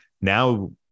Now